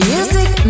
Music